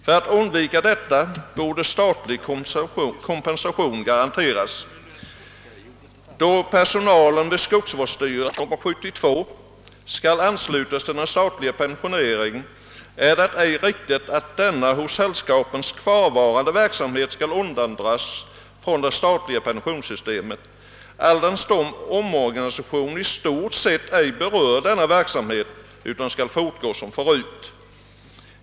För att undvika detta borde statlig kompensation garanteras. Då personalen vid skogsvårdsstyrelserna enligt proposition nr 72 skall anslutas till den statliga pensioneringen, är det ej riktigt att denna hos sällskapen kvarvarande verksamhet skall undandras från det statliga pensionssystemet, alldenstund omorganisationen i stort sett ej berör denna verksamhet utan skall fortgå som förut.